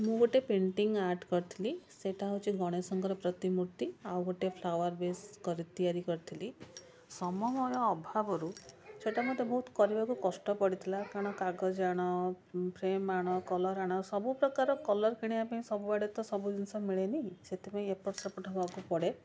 ମୁଁ ଗୋଟେ painting art କରିଥିଲି ସେଇଟା ହଉଛି ଗଣେଶଙ୍କର ପ୍ରତିମୂର୍ତ୍ତି ଆଉଗୋଟେ ଫ୍ଲାୱାର ବେସ୍ କରି ତିଆରି କରିଥିଲି ସମୟ ଅଭାବରୁ ସେଇଟା ମତେ ବହୁତ କରିବାକୁ କଷ୍ଟ ପଡ଼ିଥିଲା କାରଣ କାଗଜ ଆଣ ଫ୍ରେମ ଆଣ କଲର୍ ଆଣ ସବୁପ୍ରକାର କଲର୍ କିଣିବା ପାଇଁ ସବୁଆଡ଼େ ତ ସବୁ ଜିନିଷ ମିଳେନି ସେଥିପେଇଁ ଏପଟ ସେପଟ ହେବାକୁ ପଡ଼େ